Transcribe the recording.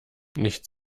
nicht